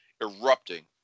erupting